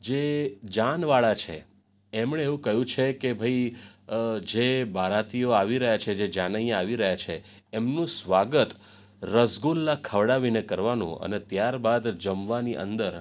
જે જાનવાળા છે એમણે એવું કહ્યું છે કે ભાઈ જે બારાતીઓ આવી રહ્યા છે જે જાનૈયાઓ આવી રહ્યા છે એમનું સ્વાગત રસગુલ્લા ખવડાવીને કરવાનું અને ત્યારબાદ જમવાની અંદર